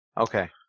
okay